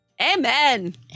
Amen